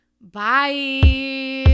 Bye